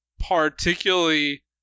particularly